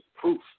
proof